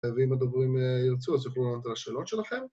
ואם הדוברים ירצו אז יוכלו לענות על השאלות שלכם.